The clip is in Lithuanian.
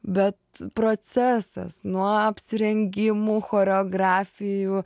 bet procesas nuo apsirengimų choreografijų